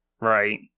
Right